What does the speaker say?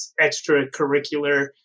extracurricular